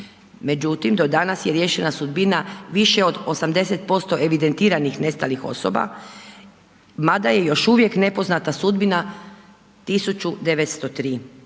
Međutim, do danas je riješena sudbina više od 80% evidentiranih nestalih osoba, mada je još uvijek nepoznata sudbina 1.903